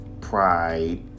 pride